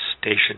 station